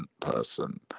person